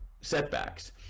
setbacks